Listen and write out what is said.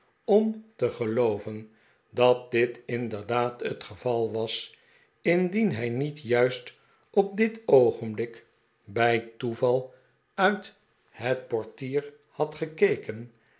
om te gelooven dat dit inderdaad het geval was indien hij niet juist op dit oogenblik bij toeval uit het portier had gekeken